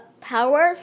powers